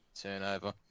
Turnover